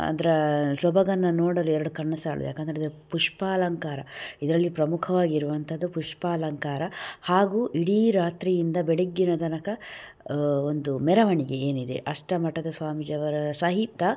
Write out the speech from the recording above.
ಅದರ ಸೊಬಗನ್ನು ನೋಡಲು ಎರಡು ಕಣ್ಣು ಸಾಲದು ಯಾಕಂತ ಹೇಳಿದರೆ ಪುಷ್ಪಾಲಂಕಾರ ಇದರಲ್ಲಿ ಪ್ರಮುಖವಾಗಿ ಇರುವಂಥದು ಪುಷ್ಪಾಲಂಕಾರ ಹಾಗೂ ಇಡೀ ರಾತ್ರಿಯಿಂದ ಬೆಳಗ್ಗಿನ ತನಕ ಒಂದು ಮೆರವಣಿಗೆ ಏನಿದೆ ಅಷ್ಟಮಠದ ಸ್ವಾಮೀಜಿಯವರ ಸಹಿತ